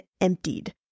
emptied